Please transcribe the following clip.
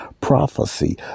prophecy